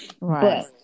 Right